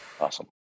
Awesome